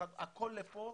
הכול פה,